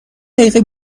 دقیقه